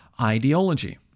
ideology